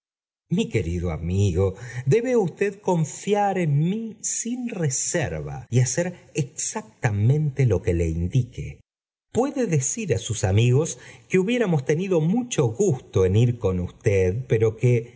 mi querido amigo debe usted confiar en mí sin reserva y hacer exactamente lo que le indique puede decir á sus amigos que bubióntmos tenido mucho gusto en ir con usted pero que